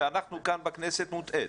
אנחנו כאן בכנסת, מוטעית.